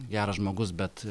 geras žmogus bet